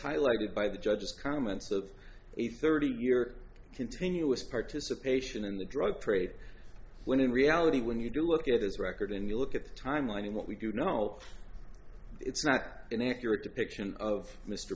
highlighted by the judge's comments of a thirty year continuous participation in the drug trade when in reality when you do look at his record and you look at the timeline and what we do know it's not an accurate depiction of mr